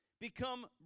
become